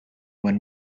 when